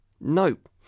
Nope